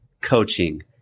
coaching